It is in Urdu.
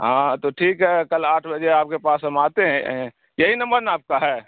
آں تو ٹھیک ہے کل آٹھ بجے آپ کے پاس ہم آتے ہیں یہی نمبر نا آپ کا ہے